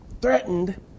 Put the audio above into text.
threatened